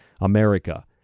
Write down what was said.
America